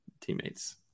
teammates